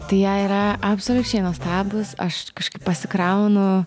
tai jie yra absoliučiai nuostabūs aš kažkaip pasikraunu